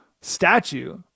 statue